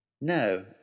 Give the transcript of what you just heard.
No